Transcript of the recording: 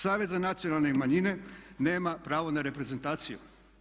Savjet za nacionalne manjine nema pravo na reprezentaciju.